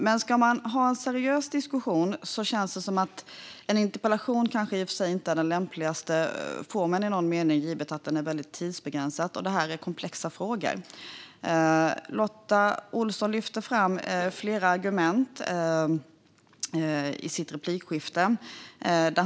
Men ska man ha en seriös diskussion känns det kanske som att en interpellationsdebatt i någon mening inte är den lämpligaste formen, givet att den är väldigt tidsbegränsad och att det här är komplexa frågor. Lotta Olsson lyfte fram flera argument i sitt inlägg.